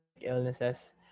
illnesses